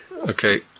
Okay